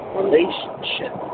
relationship